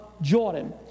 Jordan